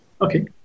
Okay